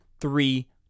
three